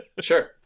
Sure